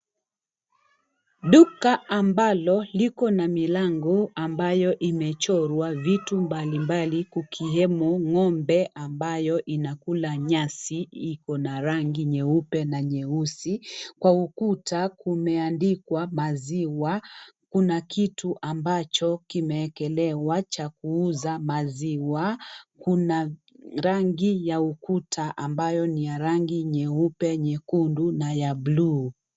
Duka ambalo Iiko na mlango ambayo limechorwa vitu mbalimbali kukiwemo ngombe ambayo inakula nyasi iko na rangi nyeupe na nyeusi. Kwa ukuta kumeandikwa maziwa ,kuna kitu ambacho kimeekelewa cha kuuza maziwa, kuna rangi y ukuta ambayo ni ya rangi ya nyeupe nyekundu na ya bluu.